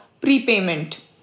prepayment